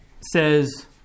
says